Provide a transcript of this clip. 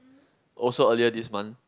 also earlier this month